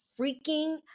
freaking